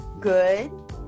good